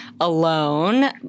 alone